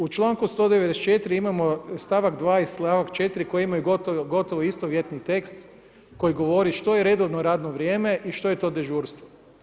U članku 194. imamo stavak 2. i stavak 4. koji imaju gotovo istovjetni tekst koji govori što je redovno radno vrijeme i što je to dežurstvo.